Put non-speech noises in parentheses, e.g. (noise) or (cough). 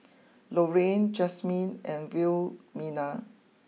(noise) Lorene Jasmin and Wilhelmina